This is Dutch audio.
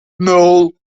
nul